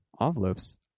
envelopes